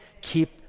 Keep